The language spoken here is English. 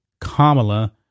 Kamala